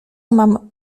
mam